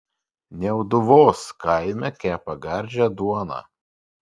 niauduvos kaime kepa gardžią duoną